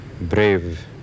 brave